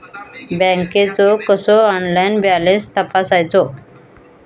बँकेचो कसो online balance तपासायचो?